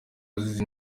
azize